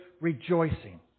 rejoicing